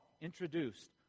introduced